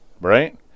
right